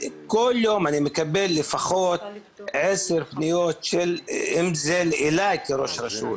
אני מקבל לפחות עשר פניות אלי כראש רשות.